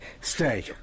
Stay